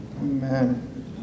Amen